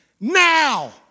Now